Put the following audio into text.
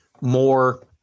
more